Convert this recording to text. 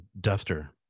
duster